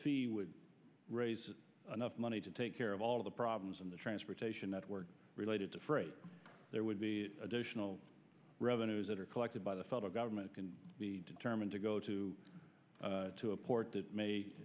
fee would raise enough money to take care of all of the problems in the transportation network related to freight there would be additional revenues that are collected by the federal government can be determined to go to to a port that may